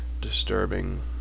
disturbing